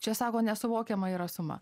čia sako nesuvokiama yra suma